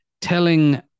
telling